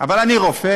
אבל אני רופא?